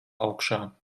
augšā